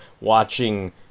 watching